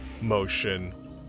motion